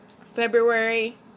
February